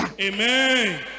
Amen